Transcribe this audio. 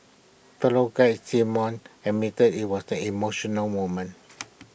fellow guide simon admitted IT was the emotional moment